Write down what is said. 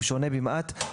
הוא שונה במעט מהכחול,